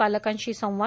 पालकांशी संवाद